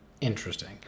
Interesting